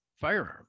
firearm